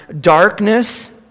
darkness